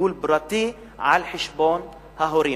וטיפול פרטי על חשבון ההורים,